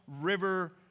river